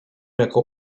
jako